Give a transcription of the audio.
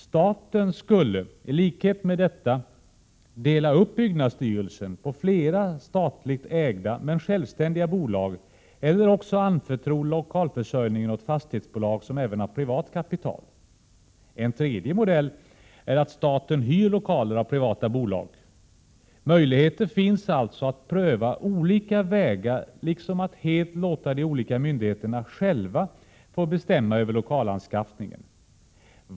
Staten skulle i likhet härmed kunna dela upp byggnadsstyrelsen på flera statligt ägda men självständiga bolag eller också anförtro lokalförsörjningen åt fastighetsbolag som även har privat kapital. En tredje modell är att staten hyr lokaler av privata bolag. Möjligheter finns alltså att pröva olika vägar liksom att helt låta de olika myndigheterna själva få bestämma över lokalanskaffningen.